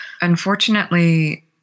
unfortunately